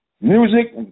Music